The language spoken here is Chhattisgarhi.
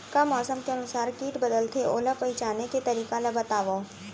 का मौसम के अनुसार किट बदलथे, ओला पहिचाने के तरीका ला बतावव?